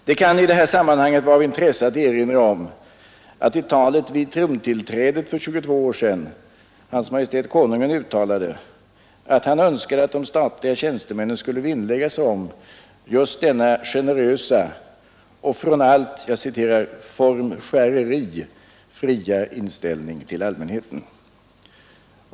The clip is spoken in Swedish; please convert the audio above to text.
Det kan i detta sammanhang vara av intresse att erinra om att i talet vid trontillträdet för 22 år sedan Hans Majestät Konungen uttalade att han önskade att de statliga tjänstemännen skulle vinnlägga sig om just denna generösa och från allt ”formskäreri” fria inställning till allmänheten.